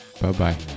Bye-bye